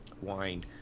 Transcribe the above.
wine